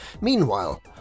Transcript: Meanwhile